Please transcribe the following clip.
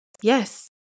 yes